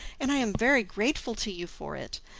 and i am very grateful to you for it.